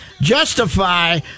Justify